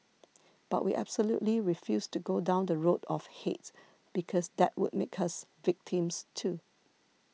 but we absolutely refused to go down the road of hate because that would make us victims too